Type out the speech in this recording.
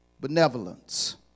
benevolence